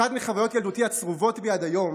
אחת מחוויות ילדותי הצרובות בי עד היום